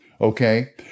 okay